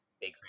big